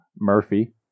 Murphy